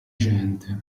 gente